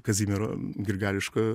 kazimiero grigališko